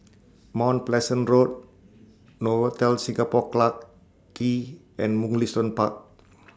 Mount Pleasant Road Novotel Singapore Clarke Quay and Mugliston Park